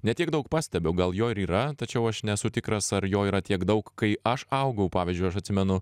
ne tiek daug pastebiu gal jo ir yra tačiau aš nesu tikras ar jo yra tiek daug kai aš augau pavyzdžiui aš atsimenu